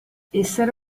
essere